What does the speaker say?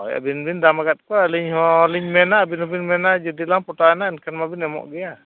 ᱦᱳᱭ ᱟᱹᱵᱤᱱ ᱵᱤᱱ ᱫᱟᱢ ᱟᱠᱟᱫ ᱠᱚᱣᱟ ᱟᱹᱞᱤᱧ ᱦᱚᱸᱞᱤᱧ ᱢᱮᱱᱟ ᱟᱹᱵᱤᱱ ᱦᱚᱸᱵᱤᱱ ᱢᱮᱱᱟ ᱡᱩᱫᱤᱞᱟᱝ ᱯᱚᱴᱟᱣᱮᱱᱟ ᱮᱱᱠᱷᱟᱱ ᱢᱟᱵᱤᱱ ᱮᱢᱚᱜ ᱜᱮᱭᱟ